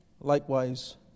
likewise